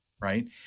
right